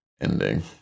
ending